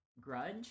Grudge